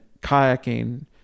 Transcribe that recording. kayaking